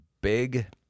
big